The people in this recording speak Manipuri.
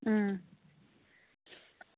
ꯎꯝ